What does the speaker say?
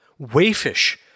Wayfish